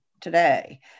today